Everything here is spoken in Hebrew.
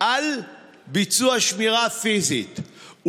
בביצוע שמירה פיזית,